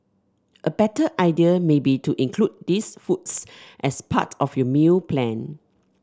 a better idea may be to include these foods as part of your meal plan